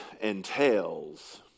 entails